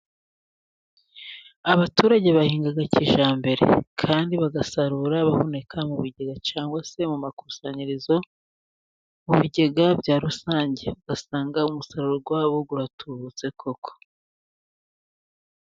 Abaturage bahinga kijyambere, kandi bagasarura bagahunika mu bigega cyangwa se mu makusanyirizo mu bigega bya rusange, ugasanga umusaruro wabo uratubutse koko.